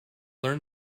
learn